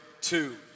two